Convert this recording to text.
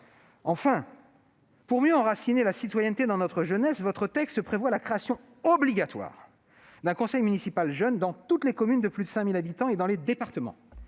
Enfin, pour mieux enraciner la citoyenneté dans notre jeunesse, votre texte prévoit la création obligatoire d'un conseil municipal de jeunes dans toutes les communes de plus de 5 000 habitants et dans les départements.